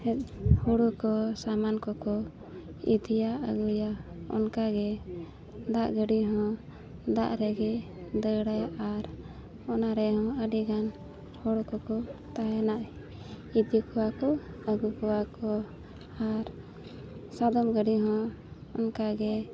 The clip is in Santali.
ᱦᱩᱲᱩ ᱠᱚ ᱥᱟᱢᱟᱱ ᱠᱚᱠᱚ ᱤᱫᱤᱭᱟ ᱟᱹᱜᱩᱭᱟ ᱚᱱᱠᱟ ᱜᱮ ᱫᱟᱜ ᱜᱟᱹᱰᱤ ᱦᱚᱸ ᱫᱟᱜ ᱨᱮᱜᱮ ᱫᱟᱹᱲᱟᱭ ᱟᱨ ᱚᱱᱟ ᱨᱮᱦᱚᱸ ᱟᱹᱰᱤ ᱜᱟᱱ ᱦᱚᱲ ᱠᱚᱠᱚ ᱛᱟᱦᱮᱱᱟ ᱤᱫᱤ ᱠᱚᱣᱟ ᱠᱚ ᱟᱹᱜᱩ ᱠᱚᱣᱟ ᱠᱚ ᱟᱨ ᱥᱟᱫᱚᱢ ᱜᱟᱹᱰᱤ ᱦᱚᱸ ᱚᱱᱠᱟᱜᱮ